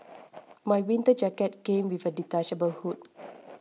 my winter jacket came with a detachable hood